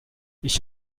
ich